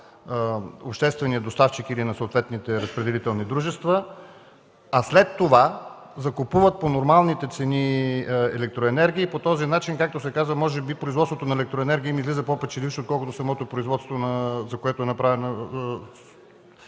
обществения доставчик или на съответните разпределителни дружества, а след това закупуват по нормалните цени електроенергия и по този начин, както се казва, може би производството на електроенергия им излиза по-печелившо, отколкото самото производство, за което е направена